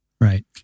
right